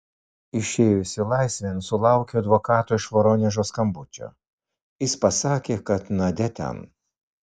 išėjusi laisvėn sulaukiau advokato iš voronežo skambučio jis pasakė kad nadia ten